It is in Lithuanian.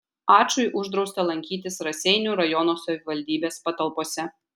ačui uždrausta lankytis raseinių rajono savivaldybės patalpose